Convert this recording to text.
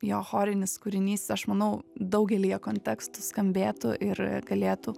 jo chorinis kūrinys aš manau daugelyje kontekstų skambėtų ir galėtų